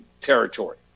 territory